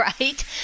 right